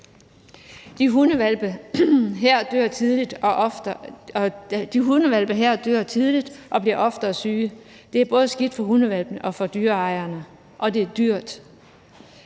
her hundehvalpe dør tidligt og bliver ofte syge. Det er skidt både for hundehvalpene og for dyreejerne, og det er dyrt.